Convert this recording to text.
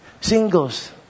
Singles